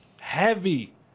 heavy